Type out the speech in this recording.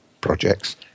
projects